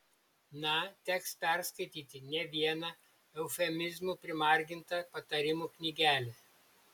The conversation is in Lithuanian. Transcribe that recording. na teks perskaityti ne vieną eufemizmų primargintą patarimų knygelę